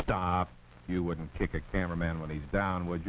stopped you wouldn't take a camera man when he's down with